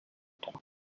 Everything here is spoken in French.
trois